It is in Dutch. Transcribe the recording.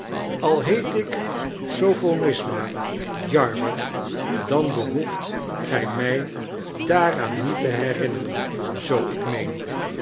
al heet ik sophonisba jarber dan behoeft gy my daaraan niet te herinneren zoo ik meen